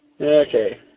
Okay